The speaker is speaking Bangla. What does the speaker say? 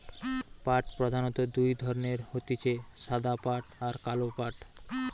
পাট প্রধানত দুই ধরণের হতিছে সাদা পাট আর কালো পাট